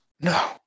No